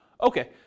okay